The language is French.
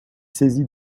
saisie